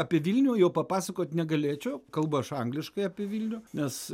apie vilnių jau papasakot negalėčiau kalbu aš angliškai apie vilnių nes